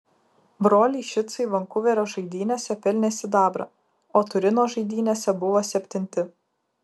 broliai šicai vankuverio žaidynėse pelnė sidabrą o turino žaidynėse buvo septinti